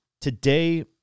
today